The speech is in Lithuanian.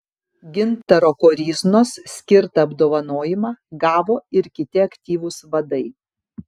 gintaro koryznos skirtą apdovanojimą gavo ir kiti aktyvūs vadai